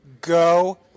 go